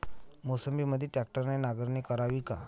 मोसंबीमंदी ट्रॅक्टरने नांगरणी करावी का?